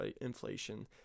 inflation